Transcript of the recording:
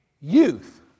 youth